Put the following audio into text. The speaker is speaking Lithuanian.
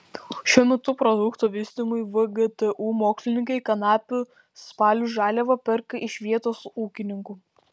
šiuo metu produkto vystymui vgtu mokslininkai kanapių spalių žaliavą perka iš vietos ūkininkų